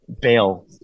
bail